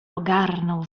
ogarnął